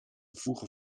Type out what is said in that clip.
voegen